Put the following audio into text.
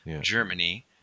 Germany